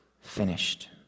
finished